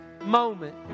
moment